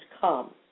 come